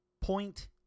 Point